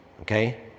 Okay